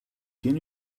can